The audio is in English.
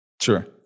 Sure